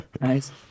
Nice